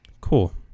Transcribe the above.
Cool